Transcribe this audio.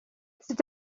c’est